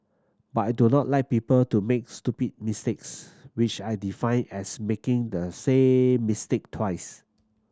but I do not like people to make stupid mistakes which I define as making the same mistake twice